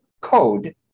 code